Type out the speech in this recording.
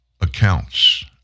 accounts